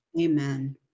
Amen